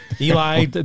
Eli